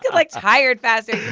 like, tired faster, you know?